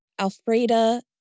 Alfreda